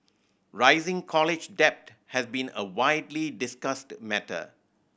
rising college debt has been a widely discussed matter